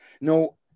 no